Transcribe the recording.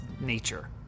nature